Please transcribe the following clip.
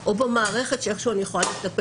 או במערכת החינוך שאני איכשהו יכולה לטפל,